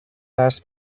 درس